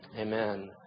Amen